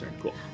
Cool